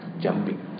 jumping